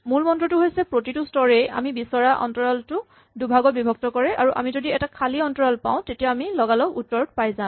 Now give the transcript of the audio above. মূলমন্ত্ৰটো হৈছে প্ৰতিটো স্তৰেই আমি বিচৰা অন্তৰালটো দুভাগত বিভক্ত কৰে আৰু আমি যদি এটা খালী অন্তৰাল পাওঁ তেতিয়া আমি লগালগ উত্তৰ পাই যাম